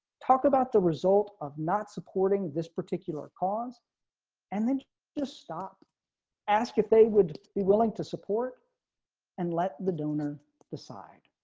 talk about the result of not supporting this particular cause and then just stop asked if they would be willing to support and let the donor the